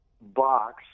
box